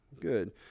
Good